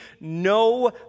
no